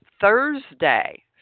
Thursday